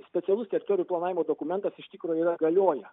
specialus sektorių planavimo dokumentas iš tikrųjų yra galioja